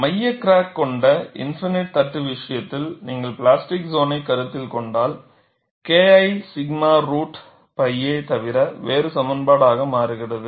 மைய கிராக் கொண்ட இன்ஃபினிட் தட்டு விஷயத்தில் நீங்கள் பிளாஸ்டிக் சோன்னை கருத்தில் கொண்டால் KI 𝛔 ரூட் pi a தவிர வேறு சமன்பாடாக மாறுகிறது